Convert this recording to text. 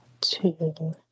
two